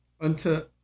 unto